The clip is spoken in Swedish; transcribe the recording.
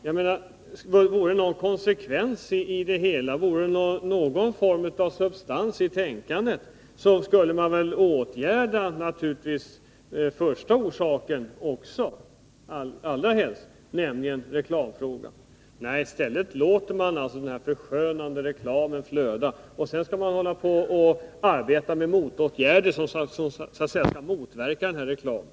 Vore det någon konsekvens och substans i tänkandet, så skulle man naturligtvis ingripa mot reklamen. I stället låter man den förskönande reklamen flöda. Sedan sätter man in åtgärder för att motverka denna reklam.